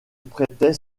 prêtait